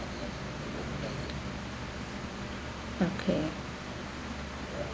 okay